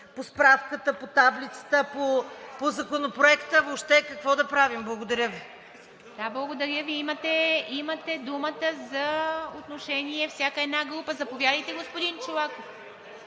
по справката, по таблицата, по Законопроекта, въобще какво да правим? Благодаря Ви. ПРЕДСЕДАТЕЛ ИВА МИТЕВА: Да, благодаря Ви. Имате думата за отношение, всяка една група. Заповядайте, господин Чолаков.